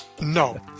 No